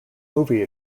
movie